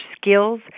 skills